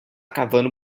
cavando